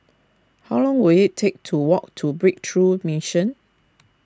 how long will it take to walk to Breakthrough Mission